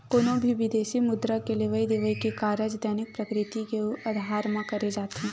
कोनो भी बिदेसी मुद्रा के लेवई देवई के कारज दैनिक प्रकृति के अधार म करे जाथे